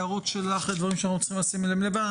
הערות שלך לדברים שאנחנו צריכים לשים לב אליהם.